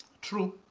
True